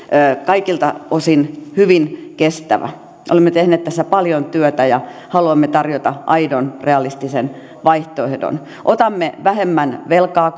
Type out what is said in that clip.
kaikilta osin hyvin kestävä olemme tehneet tässä paljon työtä ja haluamme tarjota aidon realistisen vaihtoehdon otamme vähemmän velkaa